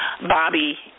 Bobby